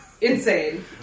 Insane